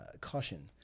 caution